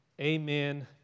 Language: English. amen